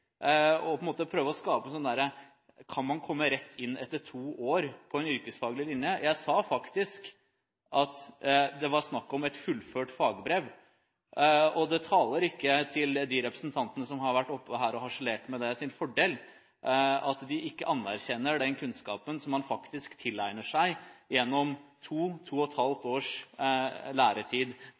prøve å skape inntrykk av at man kan komme rett inn etter to år på en yrkesfaglig linje – jeg sa faktisk at det var snakk om et fullført fagbrev. Det taler ikke til de representantenes fordel – de som har vært oppe her og harselert med det – at de ikke anerkjenner den kunnskapen som man faktisk tilegner seg gjennom to til to og et halvt års læretid.